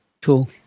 Cool